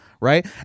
Right